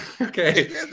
Okay